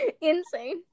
Insane